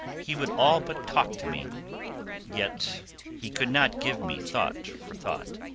he would all but talk to me yet he could not give me thought for thought.